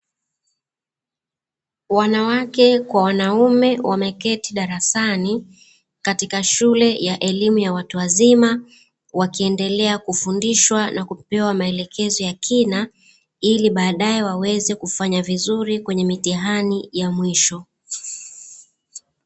Wanawake kwa wanaume wameketi darasani katika shule ya elimu ya watu wazima, wakiendelea kufundishwa na kupewa maelekezo ya kina ili baadae waweze kufanya vizuri kwenye mitihani ya mwisho.